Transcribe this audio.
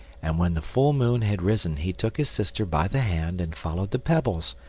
and when the full moon had risen he took his sister by the hand and followed the pebbles,